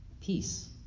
Peace